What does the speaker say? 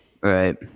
Right